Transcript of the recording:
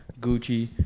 Gucci